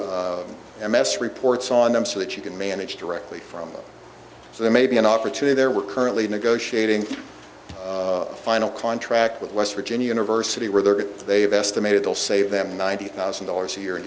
mess reports on them so that you can manage directly from them so there may be an opportunity there we're currently negotiating a final contract with west virginia university where they're going they have estimated they'll say that ninety thousand dollars a year